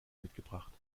mitgebracht